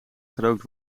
gerookt